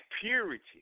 purity